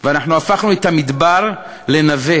ואנחנו הפכנו את המדבר לנווה